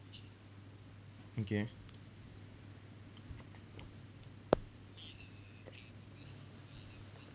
okay